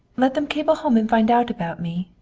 let them cable home and find out about me.